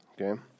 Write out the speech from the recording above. okay